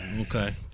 Okay